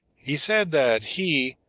he said that he,